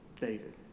David